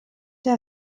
der